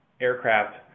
aircraft